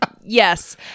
Yes